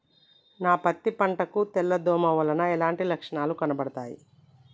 నా పత్తి పంట కు తెల్ల దోమ వలన ఎలాంటి లక్షణాలు కనబడుతాయి?